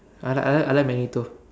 I I I like Magneto